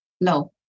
no